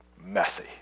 messy